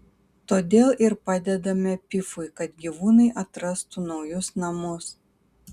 todėl ir padedame pifui kad gyvūnai atrastų naujus namus